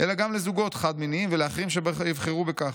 אלא גם לזוגות חד-מיניים ולאחרים שיבחרו בכך,